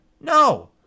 No